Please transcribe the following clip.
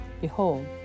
Behold